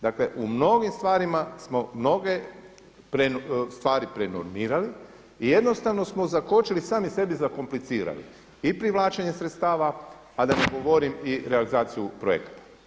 Dakle u mnogim stvarima smo mnoge stvari prenormirali i jednostavno smo zakočili sami sebi zakomplicirali i privlačenje sredstava, a da ne govorim i realizaciju projekata.